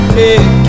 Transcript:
pick